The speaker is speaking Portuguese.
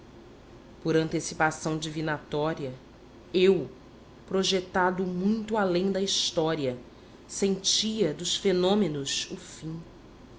por antecipação divinatória eu projetado muito além da história sentia dos fenômenos o fim